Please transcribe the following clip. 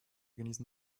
genießen